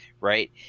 right